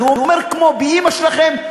זה הוא אומר כמו: באימא שלכם,